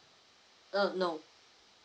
uh no